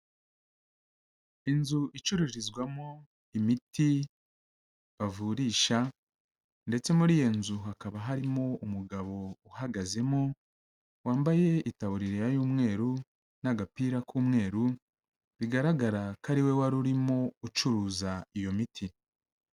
Inzu icururizwamo imiti bavurisha ndetse muri iyo nzu hakaba harimo umugabo uhagazemo wambaye itaburiya y'umweru n'agapira k'umweru bigaragara ko ari we wari urimo ucuruza iyo miti.